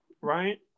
right